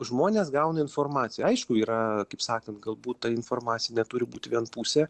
žmonės gauna informaciją aišku yra kaip sakant galbūt tai informacija neturi būti vien pusė